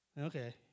Okay